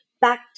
back